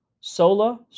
sola